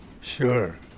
Sure